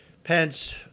Pence